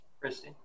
christy